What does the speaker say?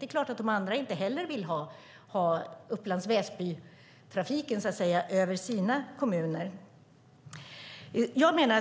De andra kommunerna vill naturligtvis inte heller ha Upplands Väsby-trafiken över sina kommuner.